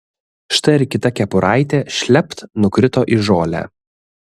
štai ir kita kepuraitė šlept nukrito į žolę